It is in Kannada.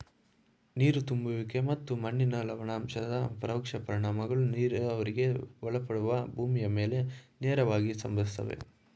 ನೀರು ತುಂಬುವಿಕೆ ಮತ್ತು ಮಣ್ಣಿನ ಲವಣಾಂಶದ ಪರೋಕ್ಷ ಪರಿಣಾಮಗಳು ನೀರಾವರಿಗೆ ಒಳಪಡುವ ಭೂಮಿಯ ಮೇಲೆ ನೇರವಾಗಿ ಸಂಭವಿಸ್ತವೆ